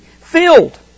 filled